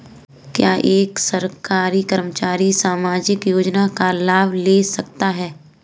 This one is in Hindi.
क्या एक सरकारी कर्मचारी सामाजिक योजना का लाभ ले सकता है?